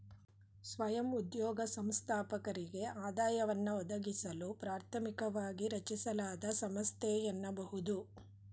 ಸ್ವಯಂ ಉದ್ಯೋಗ ಸಂಸ್ಥಾಪಕರಿಗೆ ಆದಾಯವನ್ನ ಒದಗಿಸಲು ಪ್ರಾಥಮಿಕವಾಗಿ ರಚಿಸಲಾದ ಸಂಸ್ಥೆ ಎನ್ನಬಹುದು